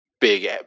big